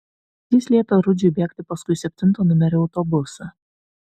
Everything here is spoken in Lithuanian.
jis liepė rudžiui bėgti paskui septinto numerio autobusą